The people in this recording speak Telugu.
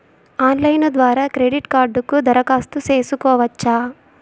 ఆన్లైన్ ద్వారా క్రెడిట్ కార్డుకు దరఖాస్తు సేసుకోవచ్చా?